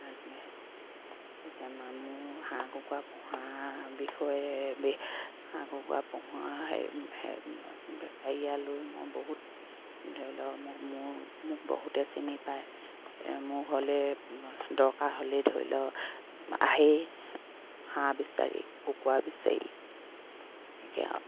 হেৰি এতিয়া মোৰ হাঁহ কুকুৰা পোহাৰ বিষয়ে হাঁহ কুকুৰা পোহা হেৰিয়ালৈ মই বহুত ধৰি লওক মোক মোৰ মোক বহুতে চিনি পায় মোৰ ঘৰলে দৰকাৰ হ'লে ধৰি লওক আহে হাঁহ বিচাৰি কুকুৰা বিচাৰি এনেকে